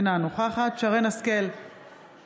אינה נוכחת שרן מרים השכל,